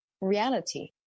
reality